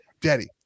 daddy